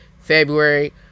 February